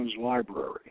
library